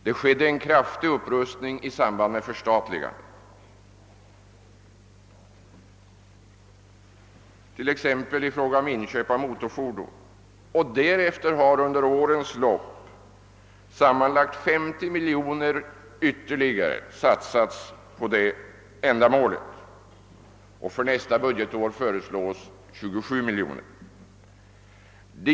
Det skedde en kraftig upprustning i samband med polisväsendets förstatligande, t.ex. i fråga om inköp av motorfordon, och därefter har under årens lopp sammanlagt 50 miljoner ytterligare satsats på detta ändamål. För nästa budgetår föreslås härför 27 miljoner kronor.